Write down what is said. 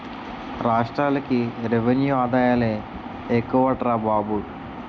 రాష్ట్రాలకి రెవెన్యూ ఆదాయాలే ఎక్కువట్రా బాబు